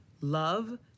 love